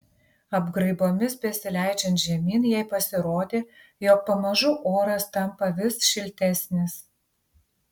apgraibomis besileidžiant žemyn jai pasirodė jog pamažu oras tampa vis šiltesnis